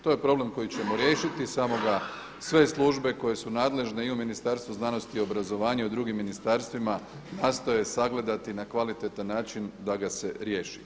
To je problem koji ćemo riješiti samo ga sve službe koje su nadležne i u Ministarstvu znanosti i obrazovanja u drugim ministarstvima nastoje sagledati na kvalitetan način da ga se riješi.